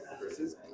versus